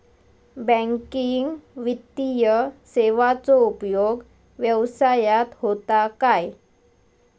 Banking वित्तीय सेवाचो उपयोग व्यवसायात होता काय?